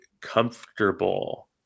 comfortable